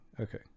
Okay